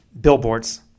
billboards